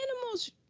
animals